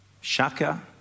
Shaka